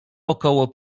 około